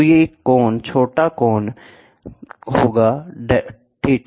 तो एक कोण छोटा कोण होगा θ